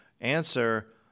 answer